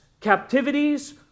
captivities